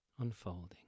unfolding